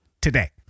today